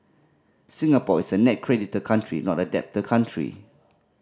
Singapore is a net creditor country not a debtor country